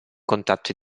contatto